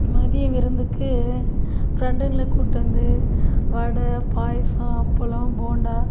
மதிய விருந்துக்கு ஃபிரெண்ட்டுங்களை கூப்பிட்டு வந்து வடை பாயசம் அப்பளம் போண்டா